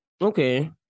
Okay